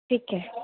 ठीक आहे